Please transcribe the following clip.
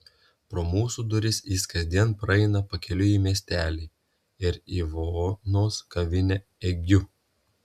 pro mūsų duris jis kasdien praeina pakeliui į miestelį į ivonos kavinę egiu